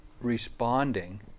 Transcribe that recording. responding